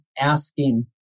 asking